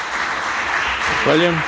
Hvala vam.